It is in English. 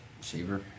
Shaver